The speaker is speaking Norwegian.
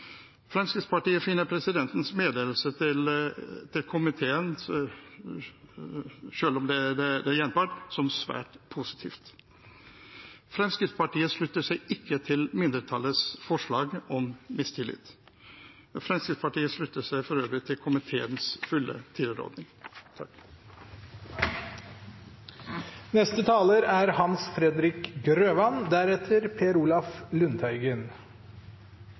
Fremskrittspartiet finner presidentens meddelelse til komiteen – selv om det er en gjenpart – svært positiv. Fremskrittspartiet slutter seg ikke til mindretallets forslag om mistillit. Fremskrittspartiet slutter seg for øvrig fullt ut til komiteens tilråding. Jeg vil først takke saksordføreren for den jobben som er